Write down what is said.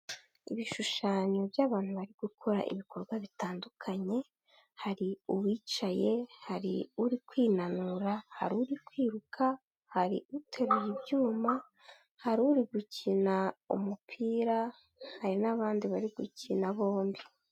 Ibishushanyo by'abantu bari gukora ibikorwa bitandukanye hari uwicaye, hari uri kwinanura, hari uri kwiruka, hari uteruye ibyuma, hari uri gukina umupira, hari n'abandi bari gukina bombi.